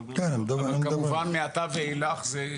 כמובן מעתה ואילך זה.